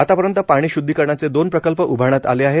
आतापर्यंत पाणी श्द्धिकरणाचे दोन प्रकल्प उभारण्यात आले आहेत